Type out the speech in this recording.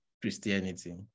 Christianity